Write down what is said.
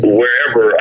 wherever